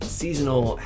seasonal